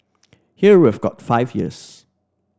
here we've got five years